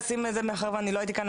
מאחר שלא הייתי כאן,